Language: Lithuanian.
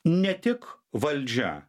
ne tik valdžia